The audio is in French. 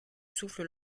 souffle